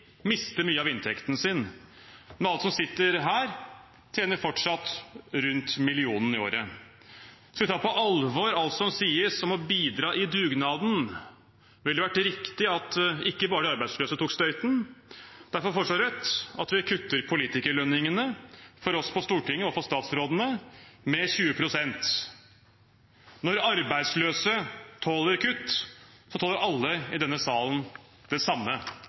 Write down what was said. mister mye av inntekten sin, men alle som sitter her, tjener fortsatt rundt millionen i året. Skal vi ta på alvor alt som sies om å bidra i dugnaden, ville det vært riktig at ikke bare de arbeidsløse tok støyten. Derfor foreslår Rødt at vi kutter politikerlønningene for oss på Stortinget og for statsrådene med 20 pst. Når arbeidsløse tåler kutt, tåler alle i denne salen det samme,